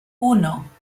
uno